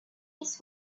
his